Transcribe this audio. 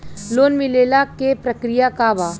Loan मिलेला के प्रक्रिया का बा?